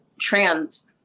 trans